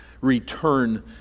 return